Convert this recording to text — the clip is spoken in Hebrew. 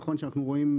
נכון שאנחנו רואים,